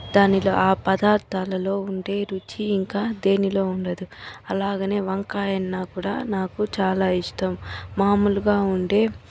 దానిలో ఆ పదార్థాలలో ఉండే రుచి ఇంకా దేనిలో ఉండదు అలాగే వంకాయ అన్న నాకు చాలా ఇష్టం మామూలుగా ఉండే